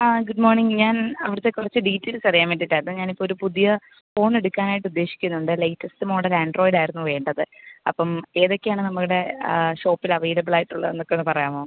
ആ ഗുഡ് മോണിങ് ഞാൻ അവിടത്തെ കുറച്ച് ഡീറ്റെയിൽസ് അറിയാൻ വേണ്ടിയിട്ടായിരുന്നു ഞാനിപ്പോൾ ഒരു പുതിയ ഫോൺ എടുക്കാനായിട്ട് ഉദ്ദേശിച്ചിട്ടുണ്ട് ലേറ്റെസ്റ്റ് മോഡൽ ആൻഡ്രോയിഡ് ആയിരുന്നു വേണ്ടത് അപ്പം ഏതൊക്കെയാണ് നമ്മുടെ ആ ഷോപ്പിൽ അവയിലബിൾ ആയിട്ടുള്ളത് എന്നൊക്കെ ഒന്ന് പറയാമോ